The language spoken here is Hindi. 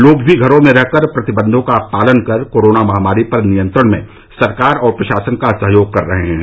लोग भी घरों में रहकर प्रतिबंधों का पालन कर कोरोना महामारी पर नियंत्रण में सरकार और प्रशासन का सहयोग कर रहे हैं